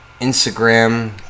Instagram